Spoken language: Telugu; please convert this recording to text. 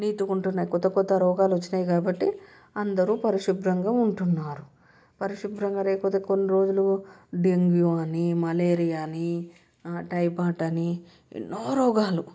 నీట్గా ఉంటునాయి కొత్త కొత్త రోగాలు వచ్చినాయి కాబట్టి అందరు పరిశుభ్రంగా ఉంటున్నారు పరిశుభ్రంగా లేకపోతే కొన్ని రోజులు డెంగ్యూ అని మలేరియా అని టైఫాయిడ్ అని ఎన్నో రోగాలు